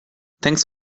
thanks